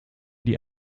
die